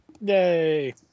Yay